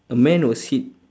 a man was hit